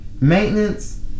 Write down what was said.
maintenance